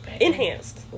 Enhanced